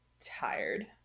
tired